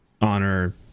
Honor